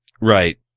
Right